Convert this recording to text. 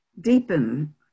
deepen